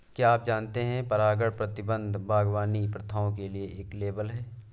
क्या आप जानते है परागण प्रबंधन बागवानी प्रथाओं के लिए एक लेबल है?